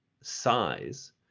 size